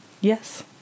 Yes